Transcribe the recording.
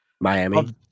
Miami